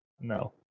No